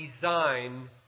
design